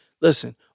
Listen